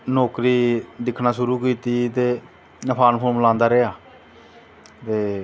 नौकरी दिक्खनां शुरु कीती ते में फार्म फुर्म लांदा रेहा ते